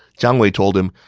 jiang wei told him,